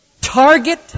Target